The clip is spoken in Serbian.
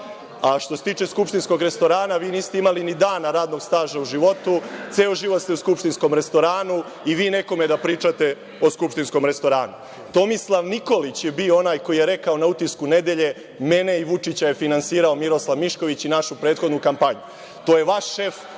vas. Što se tiče skupštinskog restorana, vi niste imali ni dana radnog staža u životu, ceo život ste u skupštinskom restoranu. I vi nekome da pričate o skupštinskom restoranu? Tomislav Nikolić je bio onaj koji je rekao na „Utisku nedelje“ – mene i Vučića je finansirao Miroslav Mišković i našu prethodnu kampanju. To je vaš šef,